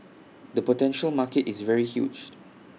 the potential market is very huge